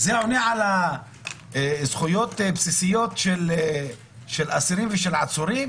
זה עונה על זכויות בסיסיות של אסירים ושל עצורים